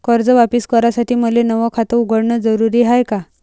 कर्ज वापिस करासाठी मले नव खात उघडन जरुरी हाय का?